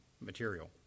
material